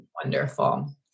Wonderful